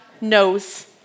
knows